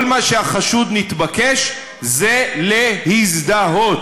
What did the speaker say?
כל מה שהחשוד נתבקש זה להזדהות.